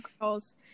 girls